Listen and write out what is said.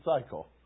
cycle